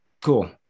cool